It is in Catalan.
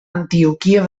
antioquia